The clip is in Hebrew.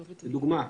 לדוגמה,